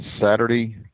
Saturday